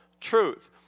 truth